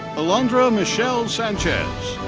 alondra michelle sanchez.